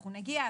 אנחנו נגיע,